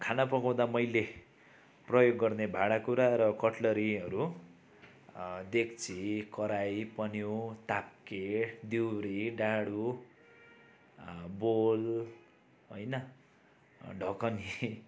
खाना पकाउँदा मैले प्रयोग गर्ने भाँडाकुँडा र कटलरीहरू डेक्ची कराही पन्यु ताप्के दिउरे डाडु बोल होइन ढकनी